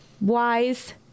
wise